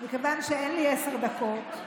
מכיוון שאין לי עשר דקות,